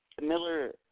Miller